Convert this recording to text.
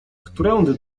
którędy